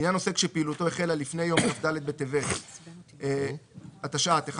(1)לעניין עוסק שפעילותו החלה לפני יום כ"ד בטבת התשע"ט (1